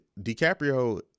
DiCaprio